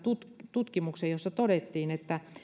tutkimuksen jossa todettiin että